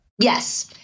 Yes